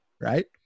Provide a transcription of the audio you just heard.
right